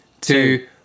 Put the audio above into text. Two